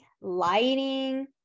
lighting